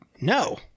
no